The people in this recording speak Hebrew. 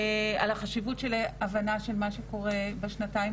על החשיבות של הבנה של מה שקורה בשנתיים